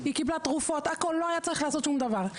היא קיבלה הכול, לא היה צריך לעשות שום דבר.